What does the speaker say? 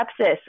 sepsis